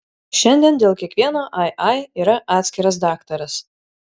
šiandien dėl kiekvieno ai ai yra atskiras daktaras